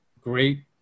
great